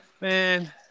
Man